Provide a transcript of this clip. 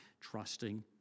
trusting